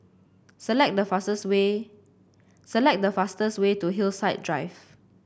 select the fastest way select the fastest way to Hillside Drive